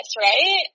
right